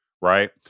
right